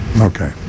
okay